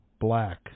black